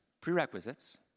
prerequisites